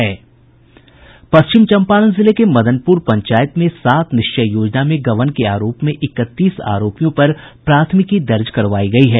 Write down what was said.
पश्चिम चम्पारण जिले के मदनपुर पंचायत में सात निश्चय योजना में गबन के आरोप में इकतीस आरोपियों पर प्राथमिकी दर्ज करवायी गयी है